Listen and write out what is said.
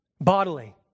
bodily